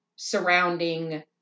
surrounding